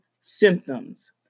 symptoms